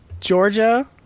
Georgia